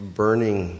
burning